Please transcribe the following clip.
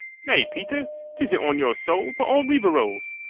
nay, peter t isn't on your soul but on rivarol's.